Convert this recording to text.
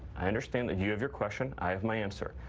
i understand that you have your question. i have my answer.